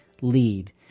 lead